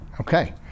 okay